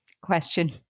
question